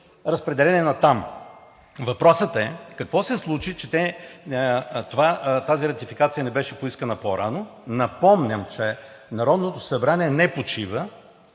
разпределени натам. Въпросът е какво се случи, че тази ратификация не беше поискана по-рано? Напомням, че Народното събрание не почива.